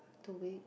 two weeks